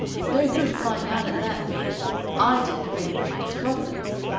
it's no good flying out at that, vee i didn't arrange it. it's providence.